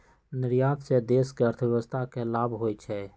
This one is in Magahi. निर्यात से देश के अर्थव्यवस्था के लाभ होइ छइ